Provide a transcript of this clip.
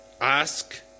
ask